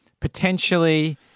potentially